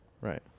Right